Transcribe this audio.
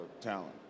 talent